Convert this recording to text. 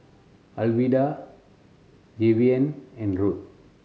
Alwilda Jayvion and Ruth